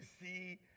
see